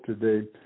today